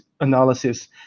analysis